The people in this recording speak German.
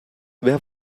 wer